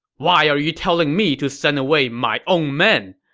why are you telling me to send away my own men?